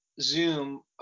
zoom